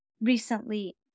recently